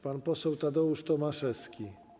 Pan poseł Tadeusz Tomaszewski.